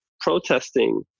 protesting